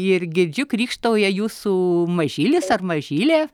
ir girdžiu krykštauja jūsų mažylis ar mažylė